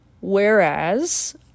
Whereas